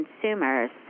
consumers